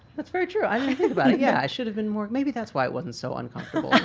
that's very true. i didn't think about it. yeah. i should have been more, maybe that's why it wasn't so uncomfortable.